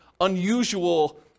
unusual